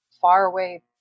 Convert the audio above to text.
faraway